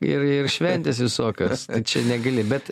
ir ir šventės visokios čia negali bet